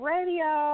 Radio